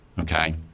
okay